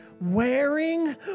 wearing